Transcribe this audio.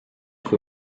kui